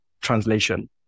translation